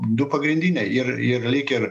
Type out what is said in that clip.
du pagrindiniai ir ir lyg ir